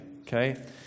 okay